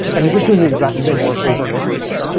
and you're just doing the exact same work over and over again,